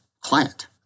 client